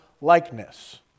likeness